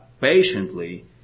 patiently